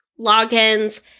logins